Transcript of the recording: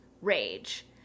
rage